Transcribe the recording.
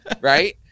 right